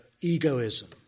egoism